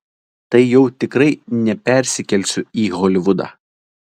tai jau tikrai nepersikelsiu į holivudą